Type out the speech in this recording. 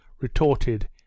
retorted